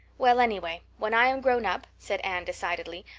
well, anyway, when i am grown up, said anne decidedly,